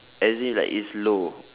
as in like it's low